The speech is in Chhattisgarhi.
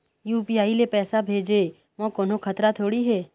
यू.पी.आई ले पैसे भेजे म कोन्हो खतरा थोड़ी हे?